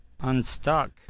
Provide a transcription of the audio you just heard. unstuck